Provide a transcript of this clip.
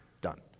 done